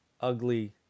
ugly